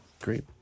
great